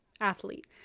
athlete